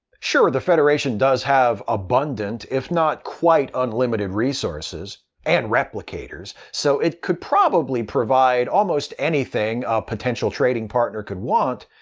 sure, the federation does have abundant if not quite unlimited resources, and replicators, so it could probably provide almost anything a potential trading partner could want.